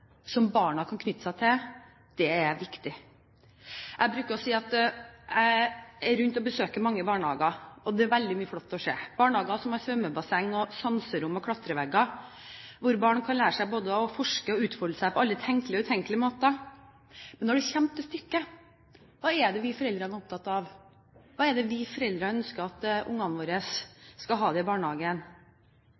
som barna kan knytte seg til, er viktig. Jeg er rundt og besøker mange barnehager, og det er veldig mye flott å se – barnehager som har svømmebasseng, sanserom og klatrevegger, hvor barn kan lære både å forske og utvikle seg på alle tenkelige og utenkelige måter. Men når det kommer til stykket, hva er det vi foreldre er opptatt av? Hvordan er det vi foreldre ønsker at ungene våre